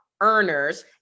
earners